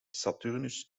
saturnus